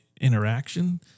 interaction